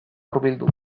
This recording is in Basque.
hurbildu